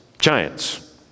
giants